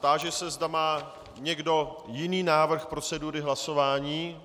Táži se, zda má někdo jiný návrh procedury hlasování.